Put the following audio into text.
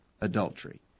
adultery